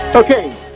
Okay